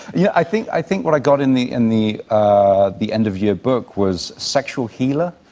yeah, i think i think what i got in the in the ah the end of your book was sexual healer